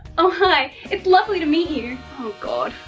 oh hi, it's lovely to meet you. oh god.